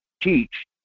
teach